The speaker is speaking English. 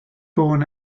born